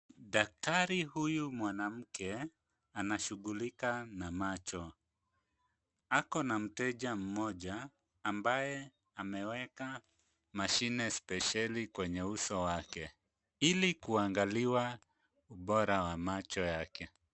Daktari huyu mwanamke anashughulika na macho. Ako na mteja mmoja ambaye ameweka mashine spesheli kwenye uso wake ili kuangaliwa ubora wa macho yake.